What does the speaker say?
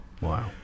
Wow